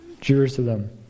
Jerusalem